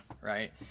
right